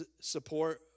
support